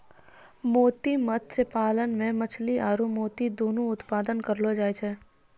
मोती मत्स्य पालन मे मछली आरु मोती दुनु उत्पादन करलो जाय छै